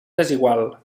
desigual